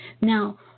Now